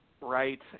right